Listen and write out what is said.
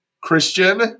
Christian